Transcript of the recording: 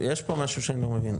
יש פה משהו שאני לא מבין,